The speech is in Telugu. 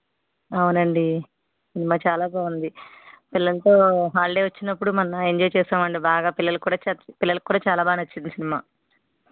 అవునండి సినిమా చాలా బావుంది పిల్లలతో హాలిడే వచ్చినప్పుడు మొన్న ఎంజాయ్ చేసామండి బాగా పిల్లలకి కూడా చా పిల్లలకి కూడా చాలా బాగా నచ్చింది సినిమా